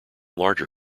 larger